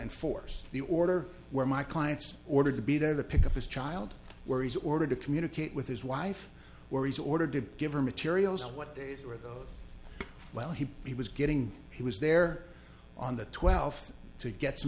enforce the order where my client's order to be there to pick up his child where he's ordered to communicate with his wife worries order to give her materials what days are those well he he was getting he was there on the twelfth to get some